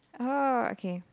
oh okay